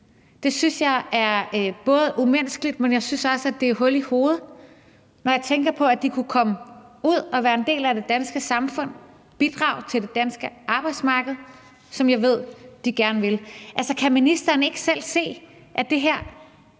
Det synes jeg er både umenneskeligt og hul i hovedet, når jeg tænker på, at de kunne komme ud og være en del af det danske samfund, bidrage til det danske arbejdsmarked, som jeg ved de gerne vil. Kan ministeren ikke selv se, at det her